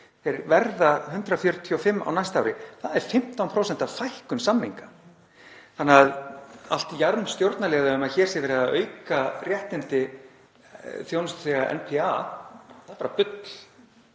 Þeir verða 145 á næsta ári. Það er 15% fækkun samninga þannig að allt jarm stjórnarliða um að hér sé verið að auka réttindi þjónustuþega NPA er bara bull.